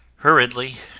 hurriedly,